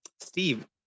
steve